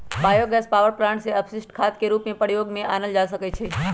bio gas power plant के अपशिष्ट खाद के रूप में प्रयोग में आनल जा सकै छइ